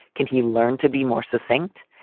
can he learn to be more succinct?